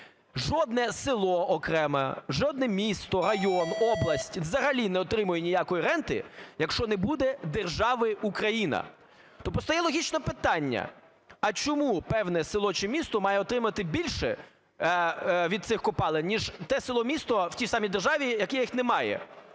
Жодне село окремо, жодне місто, район, область взагалі не отримає ніякої ренти, якщо не буде держави Україна. То постає логічне питання: а чому певне село чи місто має отримати більше від цих копалин, ніж те село, місто в тій самій державі, в яких немає,